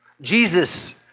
Jesus